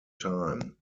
time